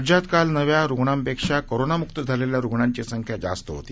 राज्यात काल नव्या रुग्णांपेक्षा कोरोनामुक झालेल्या रुग्णांची संख्या जास्त होती